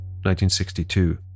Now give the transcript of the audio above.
1962